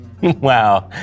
Wow